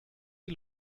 die